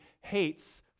hates